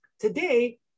Today